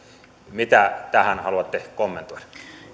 mitä tähän haluatte kommentoida